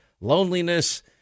Loneliness